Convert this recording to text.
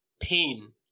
Pain